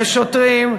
בשוטרים.